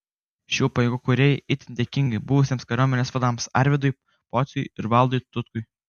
šių pajėgų kūrėjai itin dėkingi buvusiems kariuomenės vadams arvydui pociui ir valdui tutkui